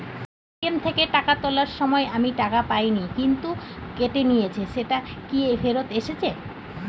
ATM থেকে টাকা তোলার সময় আমি টাকা পাইনি কিন্তু কেটে নিয়েছে সেটা কি ফেরত এসেছে?